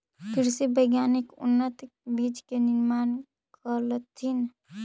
कृषि वैज्ञानिक उन्नत बीज के निर्माण कलथिन